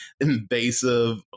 invasive